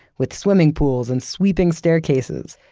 with swimming pools and sweeping staircases.